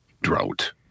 drought